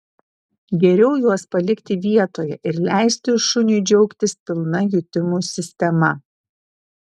geriau juos palikti vietoje ir leisti šuniui džiaugtis pilna jutimų sistema